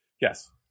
Yes